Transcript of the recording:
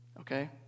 okay